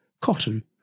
cotton